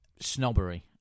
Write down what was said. Snobbery